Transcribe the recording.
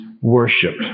worship